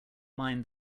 mind